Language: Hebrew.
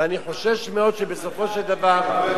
ואני חושש מאוד שבסופו של דבר,